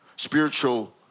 Spiritual